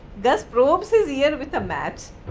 gus broke his ear with a match,